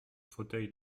fauteuil